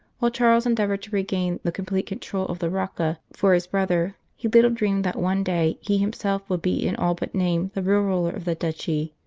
while charles endeavoured to regain the com plete control of the rocca for his brother, he little dreamed that one day he himself would be in all but name the real ruler of the duchy,